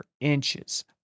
inches